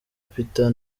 peter